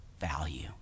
value